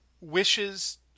wishes